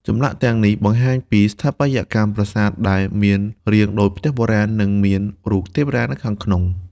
ចម្លាក់ទាំងនេះបង្ហាញពីស្ថាបត្យកម្មប្រាសាទដែលមានរាងដូចផ្ទះបុរាណ និងមានរូបទេវតានៅខាងក្នុង។